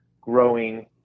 growing